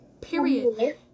period